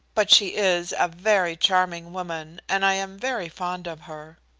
but she is a very charming woman, and i am very fond of her.